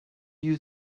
you